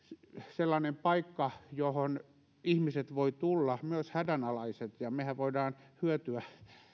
sellainen paikka johon ihmiset voivat tulla myös hädänalaiset ja mehän voimme hyötyä